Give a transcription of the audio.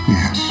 Yes